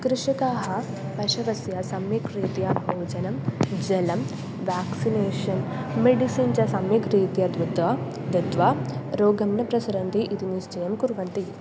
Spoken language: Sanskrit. कृषकाः पशोः सम्यक् रीत्या भोजनं जलं व्याक्सिनेषन् मेडिसिन् च सम्यक् रीत्या दत्वा दत्वा रोगं न प्रसरन्ति इति निश्चयं कुर्वन्ति